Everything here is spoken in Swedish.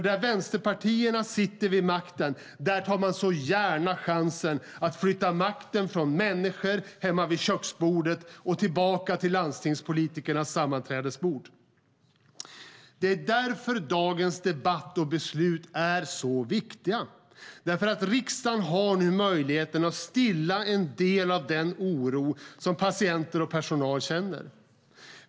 Där vänsterpartierna sitter vid makten tar man gärna chansen att flytta makten från människor hemma vid köksbordet tillbaka till landstingspolitikernas sammanträdesbord. Det är därför dagens debatt och beslut är så viktiga. Riksdagen har nu möjligheten att stilla en del av den oro som patienter och personal känner.